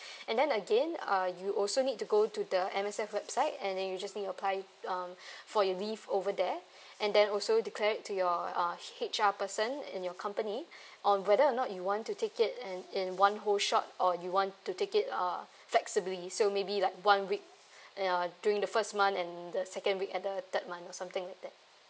and then again uh you also need to go to the M_S_F website and then you just need to apply to um for your leave over there and then also declare to your uh H_R person in your company on whether or not you want to take it in in one whole shot or you want to take it uh flexibly so maybe like one week uh during the first month and the second week at the third month or something like that